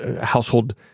household